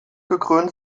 gekrönt